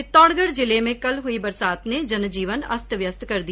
चित्तौडगढ़ जिले में कल हुई बरसात ने जनजीवन अस्त व्यस्त कर दिया